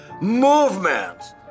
movements